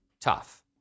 tough